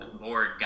board